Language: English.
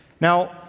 Now